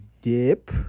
dip